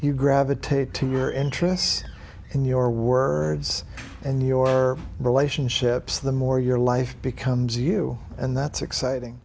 you gravitate to your interests in your words and your relationships the more your life becomes you and that's exciting